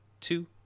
two